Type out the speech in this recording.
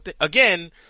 again